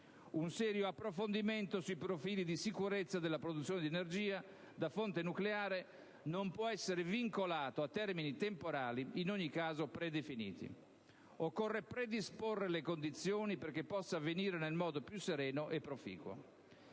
Un serio approfondimento sui profili di sicurezza della produzione di energia da fonte nucleare non può essere vincolato a termini temporali, in ogni caso predefiniti. Occorre predisporre le condizioni perché possa avvenire nel modo più sereno e proficuo.